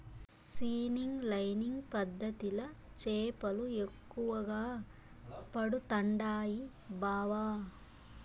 seining lining పద్ధతిల చేపలు ఎక్కువగా పడుతండాయి బావ